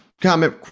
comment